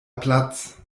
platz